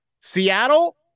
Seattle